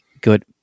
good